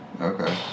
Okay